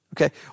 Okay